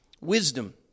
Wisdom